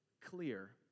clear